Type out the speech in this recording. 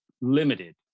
limited